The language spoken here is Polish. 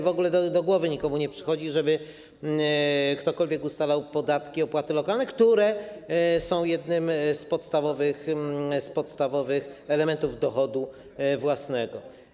W ogóle do głowy nikomu nie przychodzi, żeby ktokolwiek ustalał podatki, opłaty lokalne, które są jednym z podstawowych elementów dochodu własnego.